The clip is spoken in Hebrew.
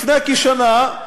לפני כשנה,